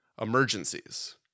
emergencies